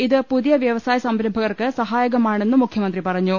ഇത് പുതിയ വ്യവസായ സംരംഭകർക്ക് സഹായകമാണെന്നും മുഖ്യമന്ത്രി പറഞ്ഞു